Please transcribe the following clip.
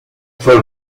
fue